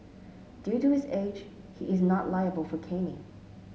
due to his age he is not liable for caning